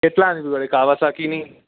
કેટલાની હોય કાવસાકીની